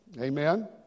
Amen